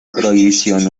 prohibición